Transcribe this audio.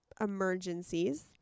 emergencies